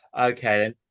Okay